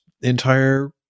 entire